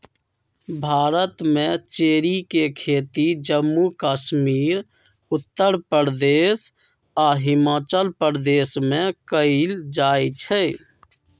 भारत में चेरी के खेती जम्मू कश्मीर उत्तर प्रदेश आ हिमाचल प्रदेश में कएल जाई छई